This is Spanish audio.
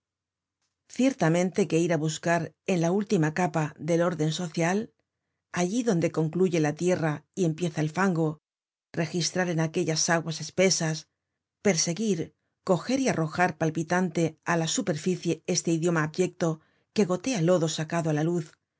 ciertamente que ir á buscar en la última capa del orden social allí donde concluye la tierra y empieza el fango registrar en aquellas aguas espesas perseguir coger y arrojar palpitante á la superficie este idioma abyecto que gotea lodo sacado á la luz